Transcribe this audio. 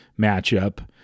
matchup